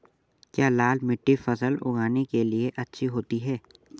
क्या लाल मिट्टी फसल उगाने के लिए अच्छी होती है?